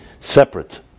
separate